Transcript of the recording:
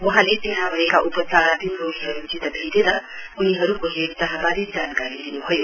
वहाँले त्यहाँ भएका उपचाराधीन रोगीहरूसित भेटेर उनीहरूको हेरचाहबारे जानकारी लिनु भयो